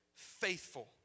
faithful